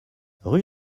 rue